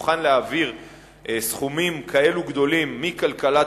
מוכן להעביר סכומים כאלו גדולים מכלכלת